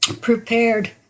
prepared